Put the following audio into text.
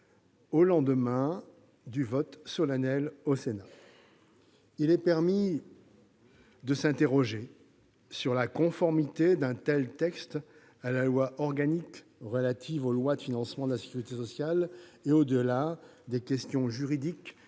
au lendemain du vote solennel au Sénat ! Il est permis de s'interroger sur la conformité d'un tel texte à la loi organique relative aux lois de financement de la sécurité sociale et, au-delà des questions juridiques,